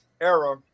era